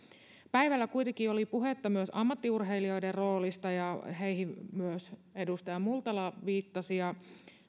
päivällä kuitenkin oli puhetta myös ammattiurheilijoiden roolista ja heihin myös edustaja multala viittasi ja